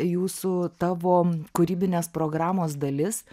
jūsų tavo kūrybinės programos dalis